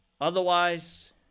Otherwise